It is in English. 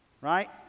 Right